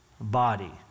body